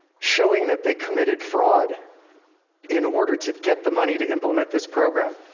showing that they committed fraud in order to get the money to implement this program.